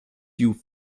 you